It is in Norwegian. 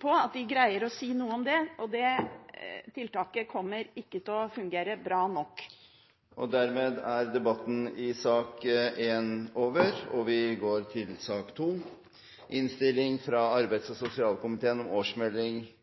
på – at de greier å si noe om det. Det tiltaket kommer ikke til å fungere bra nok. Flere har ikke bedt om ordet til sak nr. 1. Ingen har bedt om ordet. Vi går da til